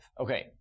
Okay